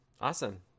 Awesome